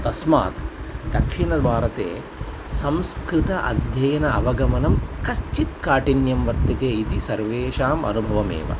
तस्मात् दक्षिणभारते संस्कृत अध्ययन अवगमनं किञ्चित् काठिन्यं वर्तते इति सर्वेषाम् अनुभवः एव